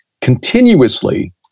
continuously